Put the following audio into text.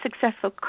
successful